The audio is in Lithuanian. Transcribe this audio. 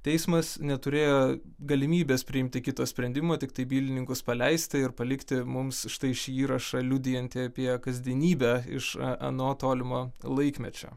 teismas neturėjo galimybės priimti kito sprendimo tiktai bylininkus paleisti ir palikti mums štai šį įrašą liudijantį apie kasdienybę iš ano tolimo laikmečio